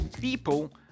People